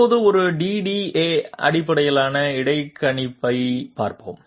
இப்போது ஒரு DDA அடிப்படையிலான இடைக்கணிப்பைப் பார்ப்போம்